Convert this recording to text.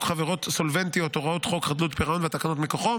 חברות סולבנטיות הוראות חוק חדלות פירעון והתקנות מכוחו.